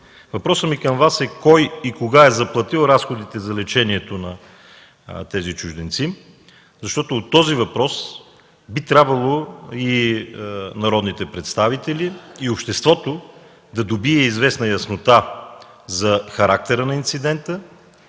Въпросът ми към Вас е: кой и кога е заплатил разходите за лечението на тези чужденци? Защото от този въпрос би трябвало народните представители и обществото да добият известна яснота за характера на инцидента,